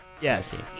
yes